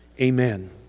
Amen